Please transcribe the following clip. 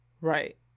Right